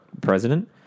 president